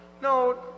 No